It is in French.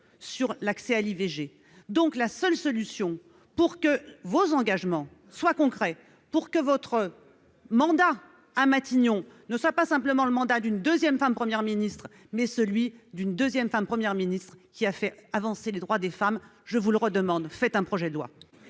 sur l'accès à l'IVG. C'est la seule solution pour que vos engagements se concrétisent, pour que votre mandat à Matignon soit non pas simplement le mandat d'une deuxième femme Première ministre, mais le mandat d'une deuxième femme Première ministre qui a fait avancer les droits des femmes. Je vous le redemande : faites un projet de loi